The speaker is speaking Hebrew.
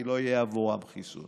כי לא יהיה עבורם חיסון.